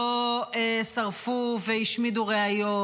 לא שרפו והשמידו ראיות,